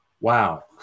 wow